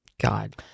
God